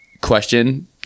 question